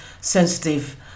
sensitive